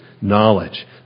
knowledge